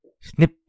Snip